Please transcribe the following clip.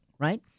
Right